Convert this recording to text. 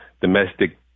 domestic